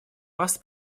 вас